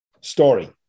story